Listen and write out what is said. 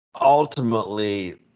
ultimately